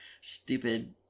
stupid